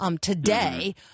today